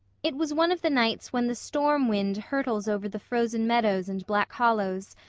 it was one of the nights when the storm-wind hurtles over the frozen meadows and black hollows,